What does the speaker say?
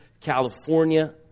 California